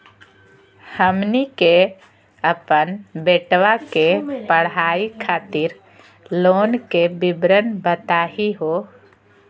हमनी के अपन बेटवा के पढाई खातीर लोन के विवरण बताही हो?